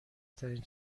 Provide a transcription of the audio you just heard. ترین